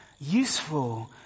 useful